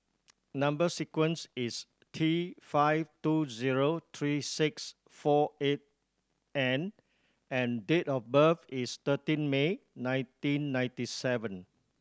number sequence is T five two zero three six four eight N and date of birth is thirteen May nineteen ninety seven